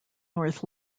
north